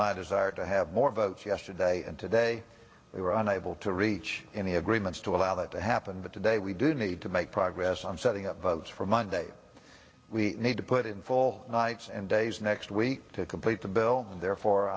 my desire to have more votes yesterday and today we were unable to reach any agreements to allow that to happen but today we do need to make progress on setting up votes for monday we need to put in full nights and days next week to complete the bill and therefore